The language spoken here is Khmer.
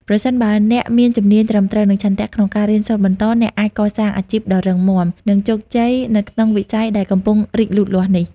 ប្រសិនបើអ្នកមានជំនាញត្រឹមត្រូវ និងឆន្ទៈក្នុងការរៀនសូត្របន្ត អ្នកអាចកសាងអាជីពដ៏រឹងមាំ និងជោគជ័យនៅក្នុងវិស័យដែលកំពុងរីកលូតលាស់នេះ។